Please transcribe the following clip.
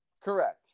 Correct